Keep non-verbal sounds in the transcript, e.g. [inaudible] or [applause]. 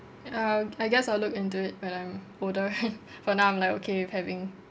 uh I guess I'll look into it when I'm older [laughs] for now I'm like okay with having